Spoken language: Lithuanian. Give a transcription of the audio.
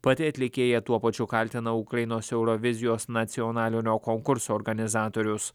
pati atlikėja tuo pačiu kaltina ukrainos eurovizijos nacionalinio konkurso organizatorius